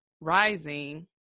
rising